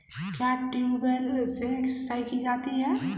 क्या ट्यूबवेल से सिंचाई की जाती है?